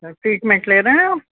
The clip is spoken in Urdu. چ ٹریٹمنٹ لیے رہ ہیں